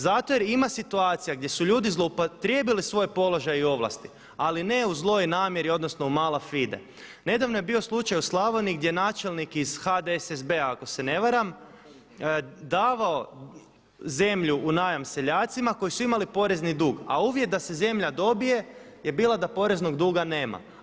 Zato jer ima situacija gdje su ljudi upotrijebili svoje položaje i ovlasti ali ne u zloj namjeri odnosno … Nedavno je bio slučaj u Slavoniji gdje načelnik iz HDSSB-a ako se ne varam davao zemlju u najam seljacima koji su imali porezni dug a uvjet da se zemlja dobije je bila da poreznog duga nema.